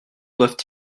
doivent